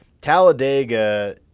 talladega